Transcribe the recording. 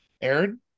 Aaron